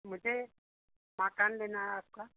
मुझे मकान लेना है आपका